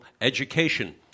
education